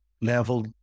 level